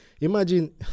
imagine